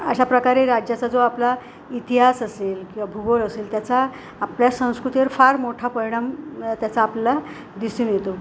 अशा प्रकारे राज्याचा जो आपला इतिहास असेल किंवा भूगोल असेल त्याचा आपल्या संस्कृतीवर फार मोठा परिणाम त्याचा आपल्याला दिसून येतो